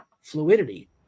fluidity